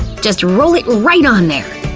just roll it right on there.